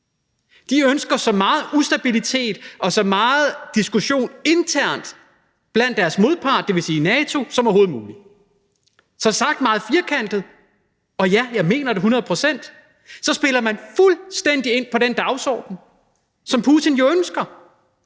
De ønsker så meget ustabilitet og så meget diskussion internt hos deres modpart, dvs. NATO, som overhovedet muligt. Så sagt meget firkantet – og ja, jeg mener det hundrede procent – så spiller man fuldstændig ind på den dagsorden, som Putin jo ønsker,